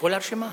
כל הרשימה?